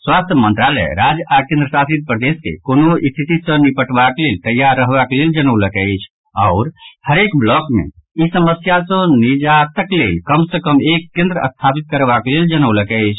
स्वास्थ्य मंत्रालय राज्य आ केंद्र शासित प्रदेश के कोनो स्थिति सॅ निपटबाक लेल तैयार रहबाक लेल जनौलक अछि आओर हरेक ब्लॉक मे ई समस्या सॅ निजातक लेल कम सॅ कम एक केंद्र स्थापित करबाक लेल जनौलक अछि